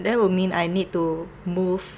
that would mean I need to move